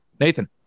Nathan